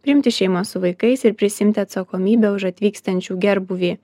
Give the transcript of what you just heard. priimti šeimas su vaikais ir prisiimti atsakomybę už atvykstančių gerbūvį